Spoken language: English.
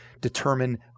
determine